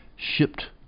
shipped